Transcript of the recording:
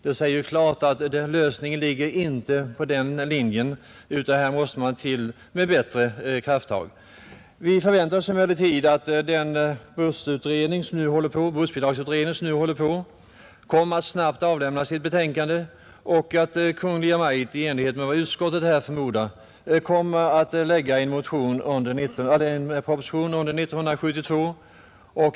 Det säger klart att denna linje inte innebär en lösning utan att det måste till kraftigare tag. Vi förväntar oss emellertid att den nu arbetande bussbidragsutredningen kommer att snabbt avlämna sitt betänkande och att Kungl. Maj:t i enlighet med vad utskottet förmodar kommer att framlägga en proposition i frågan under 1972.